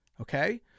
Okay